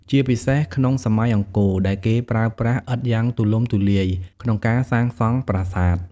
ជាពិសេសក្នុងសម័យអង្គរ ដែលគេប្រើប្រាស់ឥដ្ឋយ៉ាងទូលំទូលាយក្នុងការសាងសង់ប្រាសាទ។